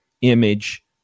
image